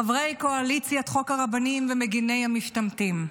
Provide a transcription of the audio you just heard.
חברי קואליציית חוק הרבנים ומגיני המשתמטים,